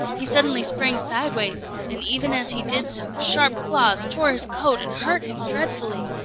he suddenly sprang sideways, and even as he did so, sharp claws tore his coat and hurt him dreadfully.